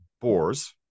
boars